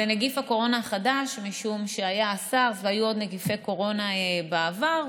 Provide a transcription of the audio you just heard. זה נגיף הקורונה החדש משום שהיה הסארס והיו עוד נגיפי קורונה בעבר,